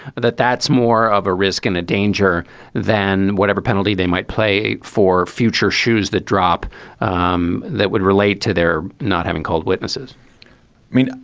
that that's more of a risk and a danger than whatever penalty they might play for future shoes that drop um that would relate to their not having called witnesses i mean,